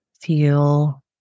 Feel